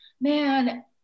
Man